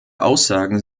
aussagen